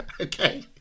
okay